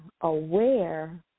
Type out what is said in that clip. aware